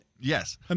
Yes